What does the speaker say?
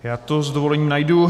Já to s dovolením najdu.